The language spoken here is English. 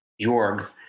Jorg